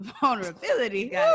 vulnerability